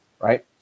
right